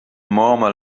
murmur